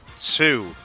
Two